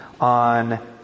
on